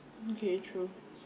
okay true